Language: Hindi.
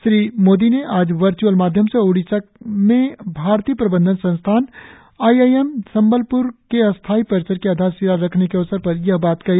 श्री मोदी ने आज वर्च्अल माध्यम से ओडिसा में भारतीय प्रबंधन संस्थान आईआईएम संबलप्र के स्थायी परिसर की आधारशिला रखने के अवसर पर यह बात कही